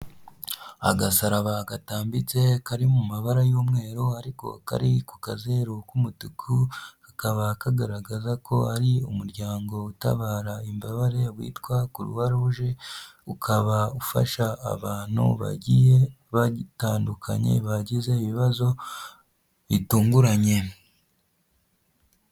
Agasaraba gatambitse kari mu mabara y'umweru ariko kari ku kazeru k'umutuku, kakaba kagaragaza ko ari umuryango utabara imbabare witwa kuruwa ruge, ukaba ufasha abantu bagiye batandukanye bagize ibibazo bitunguranye.